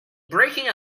breaking